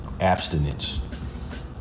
abstinence